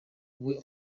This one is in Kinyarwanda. wowe